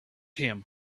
him